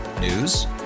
News